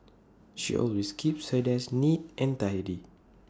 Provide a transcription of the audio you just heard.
she always keeps her desk neat and tidy